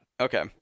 Okay